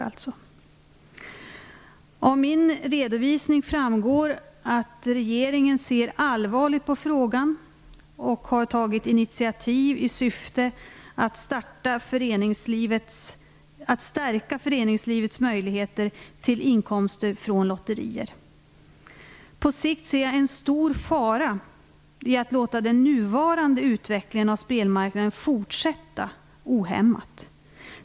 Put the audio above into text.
Av min redovisning framgår att regeringen ser allvarligt på frågan och har tagit initiativ i syfte att stärka föreningslivets möjligheter till inkomster från lotterier. På sikt ser jag en stor fara i att låta den nuvarande utvecklingen av spelmarknaden fortsätta ohämmat.